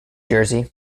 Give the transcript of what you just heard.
jersey